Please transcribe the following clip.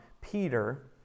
Peter